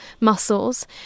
muscles